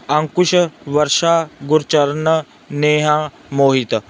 Ankush Varsha Gurcharan Neha Mohit